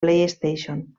playstation